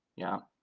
yeah,